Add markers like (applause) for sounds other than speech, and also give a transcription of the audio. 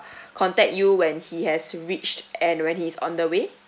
(breath) contact you when he has reached and when he's on the way